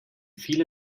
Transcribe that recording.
viele